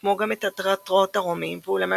כמו גם את התיאטראות הרומאיים ואולמי